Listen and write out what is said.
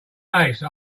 lace